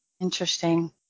Interesting